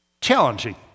challenging